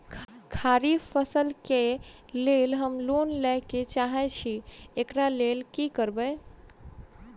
खरीफ फसल केँ लेल हम लोन लैके चाहै छी एकरा लेल की करबै?